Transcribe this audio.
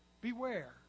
Beware